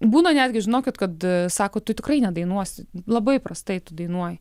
būna netgi žinokit kad sako tu tikrai nedainuosi labai prastai tu dainuoji